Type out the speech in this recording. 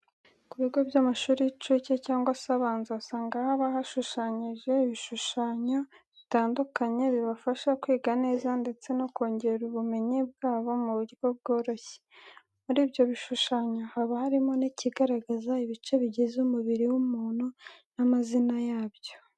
Ku bikugo by'amashuri y'incuke cyangwa se abanza, usanga haba hashushanyijeho ibishushanyo bitandukanye, bibafasha kwiga neza ndetse no kongera ubumenyi bwabo mu buryo bworoshye. Muri ibyo bishushanyo haba harimo n'ikigaragaza ibice bigize umubiri w'umuntu n'amazina yabyo.